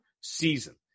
season